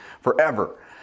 forever